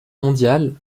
mondiale